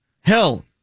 Hell